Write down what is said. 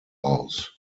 aus